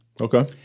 Okay